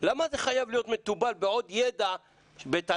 למה זה חייב להיות מתובל בעוד ידע בתנ"ך,